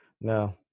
No